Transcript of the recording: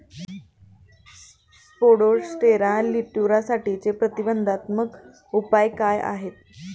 Spodoptera लिट्युरासाठीचे प्रतिबंधात्मक उपाय काय आहेत?